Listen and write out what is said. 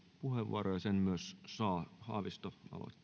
puheenvuoroa ja sen he myös saavat haavisto aloittaa